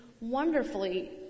wonderfully